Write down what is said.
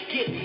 Get